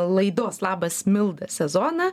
laidos labas milda sezoną